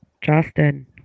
Justin